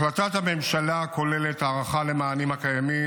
החלטת הממשלה כוללת הארכה למענים הקיימים